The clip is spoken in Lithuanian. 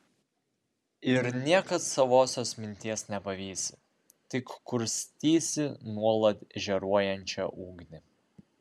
ir niekad savosios minties nepavysi tik kurstysi nuolat žėruojančią ugnį